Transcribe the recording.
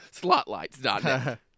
slotlights.net